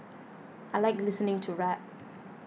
I like listening to rap